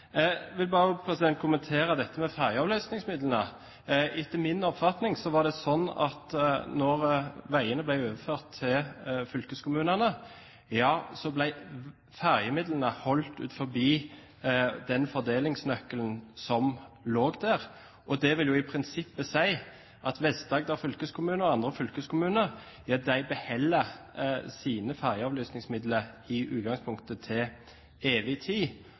vil bare kommentere dette med ferjeavløsningsmidlene. Etter min oppfatning var det sånn at da veiene ble overført til fylkeskommunene, ble ferjemidlene holdt utenfor den fordelingsnøkkelen som lå der. Og det vil i prinsippet si at Vest-Agder fylkeskommune og andre fylkeskommuner beholder sine ferjeavløsningsmidler i utgangspunktet til evig tid,